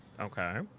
Okay